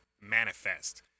manifest